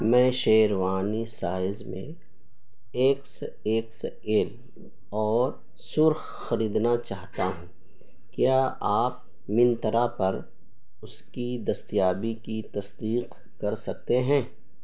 میں شیروانی سائز میں X X L اور سرخ خریدنا چاہتا ہوں کیا آپ منترا پر اس کی دستیابی کی تصدیق کر سکتے ہیں